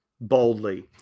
boldly